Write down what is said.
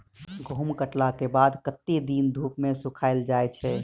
गहूम कटला केँ बाद कत्ते दिन धूप मे सूखैल जाय छै?